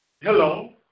Hello